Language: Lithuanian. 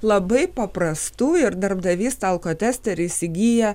labai paprastų ir darbdavys tą alkotesterį įsigyja